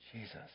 Jesus